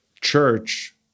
church